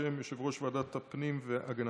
בשם יושב-ראש ועדת הפנים והגנת